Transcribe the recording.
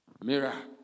Mirror